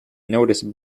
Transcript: notice